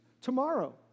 tomorrow